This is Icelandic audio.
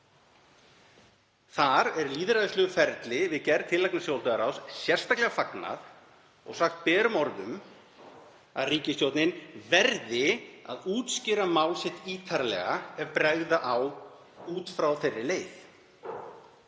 Þar er lýðræðislegu ferli við gerð tillagna stjórnlagaráðs sérstaklega fagnað og sagt berum orðum að ríkisstjórnin verði að útskýra mál sitt ítarlega ef bregða á út frá þeirri leið.